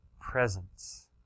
presence